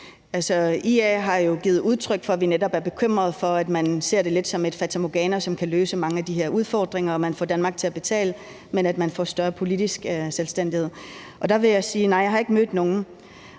IA har jo givet udtryk for, at vi netop er bekymret for, at man lidt ser det som et fatamorgana, som kan løse mange af de her udfordringer. Man får Danmark til at betale, men får større politisk selvstændighed. Der vil jeg sige: Nej, jeg har ikke mødt nogen.